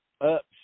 up